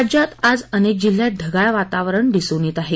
राज्यात आज अनेक जिल्ह्यात ढगाळ वातावरण दिसून येत आहे